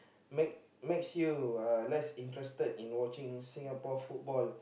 make makes you uh less interested in watching Singapore football